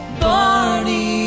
Barney